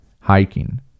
hiking